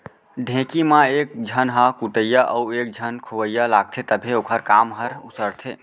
ढेंकी म एक झन ह कुटइया अउ एक झन खोवइया लागथे तभे ओखर काम हर उसरथे